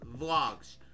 Vlogs